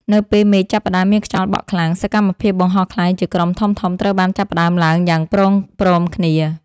នៅពេលមេឃចាប់ផ្ដើមមានខ្យល់បក់ខ្លាំង សកម្មភាពបង្ហោះខ្លែងជាក្រុមធំៗត្រូវបានចាប់ផ្ដើមឡើងយ៉ាងព្រមៗគ្នា។